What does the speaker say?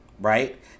right